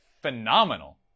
phenomenal